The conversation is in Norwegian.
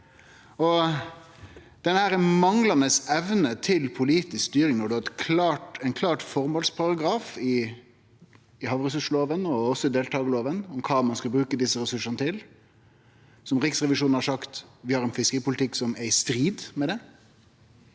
Den manglande evna til politisk styring når det er ein klar føremålsparagraf i havressursloven og også deltakarloven om kva ein skal bruke desse ressursane til, som Riksrevisjonen har sagt at vi har ein fiskeripolitikk som er i strid med,